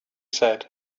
said